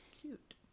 cute